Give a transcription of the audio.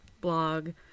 blog